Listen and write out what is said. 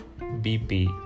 BP